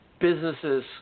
businesses